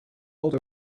over